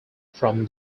from